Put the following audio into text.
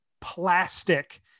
plastic